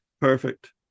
perfect